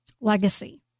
legacy